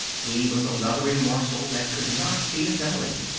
he was a leathery morsel that could not be assimilated.